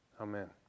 amen